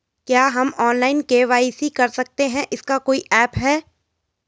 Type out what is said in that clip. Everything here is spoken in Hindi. क्या हम ऑनलाइन के.वाई.सी कर सकते हैं इसका कोई ऐप है?